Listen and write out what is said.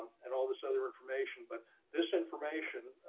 and all this other information, but this information.